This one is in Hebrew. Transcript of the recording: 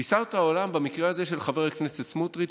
תפיסת העולם במקרה הזה של חבר הכנסת סמוטריץ',